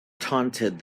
taunted